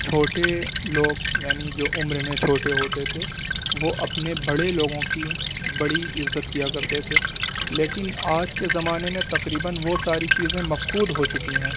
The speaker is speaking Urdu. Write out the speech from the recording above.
چھوٹے لوگ یعنی جو عمر میں چھوٹے ہوتے تھے وہ اپنے بڑے لوگوں کی بڑی عزت کیا کرتے تھے لیکن آج کے زمانے میں تقریباً وہ ساری چیزیں مفقود ہو چکی ہیں